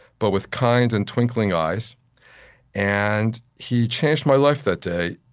but with kind and twinkling eyes and he changed my life that day.